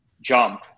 jump